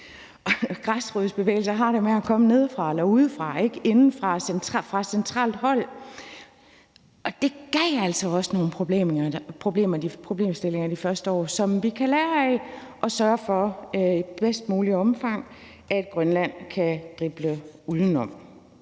Græsrodsbevægelser har det med at komme nedefra eller udefra og ikke indefra og fra centralt hold, og det gav altså også nogle problemstillinger de første år, som vi kan lære af og i bedst muligt omfang sørge for Grønland kan drible uden om.